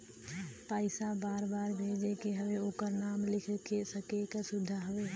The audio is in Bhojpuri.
पइसा बार बार भेजे के हौ ओकर नाम लिख सके क सुविधा हौ